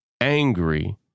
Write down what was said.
angry